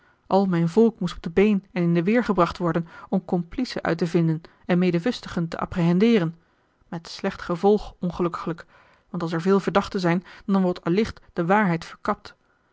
al mijn volk moest op de been en in de weer gebracht worden om complicen uit te vinden en medewustigen te apprehendeeren met slecht gevolg ongelukkiglijk want als er veel verdachten zijn dan wordt allicht de waarheid verkapt